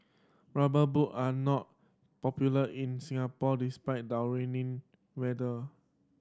rubber boot are not popular in Singapore despited our rainy weather